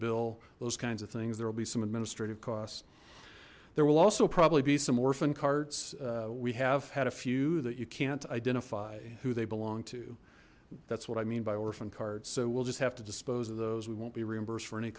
bill those kinds of things there will be some administrative costs there will also probably be some orphan carts we have had a few that you can't identify who they belong to that's what i mean by orphan cards so we'll just have to dispose of those we won't be reimbursed for any